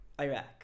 Iraq